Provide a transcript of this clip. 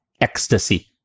ecstasy